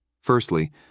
Firstly